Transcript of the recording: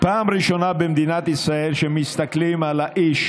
פעם ראשונה במדינת ישראל שמסתכלים על האיש